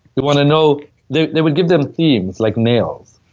you know they they will give them themes, like nails.